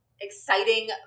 exciting